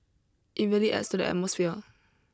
it really adds to the atmosphere